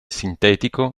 sintetico